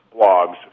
blogs